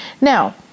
Now